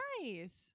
Nice